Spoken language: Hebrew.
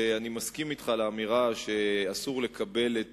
ואני מסכים אתך על האמירה שאסור לקבל את